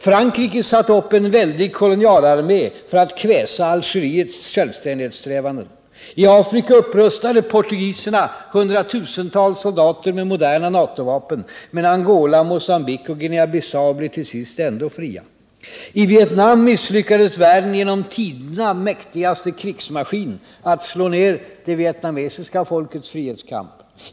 Frankrike satte upp en väldig kolonialarmé för att kväsa Algeriets självständighetssträvanden. I Afrika upprustade portugiserna hundratusentals soldater med moderna NATO-vapen, men Angola, Mogambique och Guinea-Bissau blev till sist ändå fria. I Vietnam misslyckades världens genom tiderna mäktigaste krigsmaskin att slå ned det vietnamesiska folkets frihetskamp.